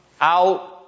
out